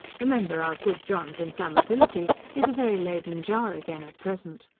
remember our good john's inflammability. he's a very leyden jar again at present.